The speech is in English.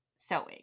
sewing